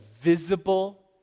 visible